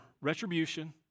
retribution